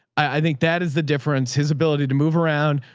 i think that is the difference. his ability to move around,